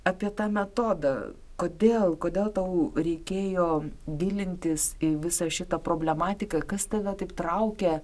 apie tą metodą kodėl kodėl tau reikėjo gilintis į visą šitą problematiką kas tave taip traukia